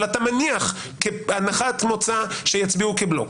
אבל אתה מניח כהנחת מוצא שיצביעו כבלוק,